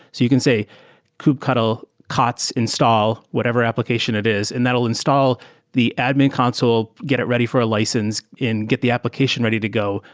you can say kubctl kots install, whatever application it is, and that'll install the admin console. get it ready for a license and get the application ready to go,